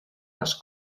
les